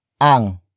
ang